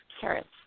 carrots